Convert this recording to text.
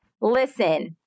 listen